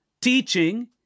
teaching